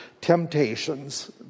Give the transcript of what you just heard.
Temptations